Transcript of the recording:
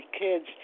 kids